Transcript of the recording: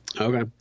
Okay